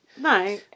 No